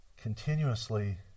continuously